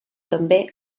també